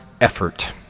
effort